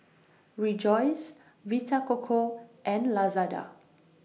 Rejoice Vita Coco and Lazada